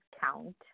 count